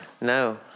No